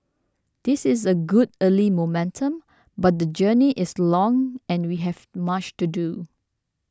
this is a good early momentum but the journey is long and we have much to do